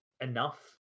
enough